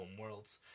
homeworlds